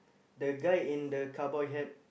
the guy in the cowboy hat